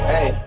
Hey